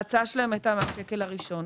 ההצעה שלהם הייתה מהשקל הראשון.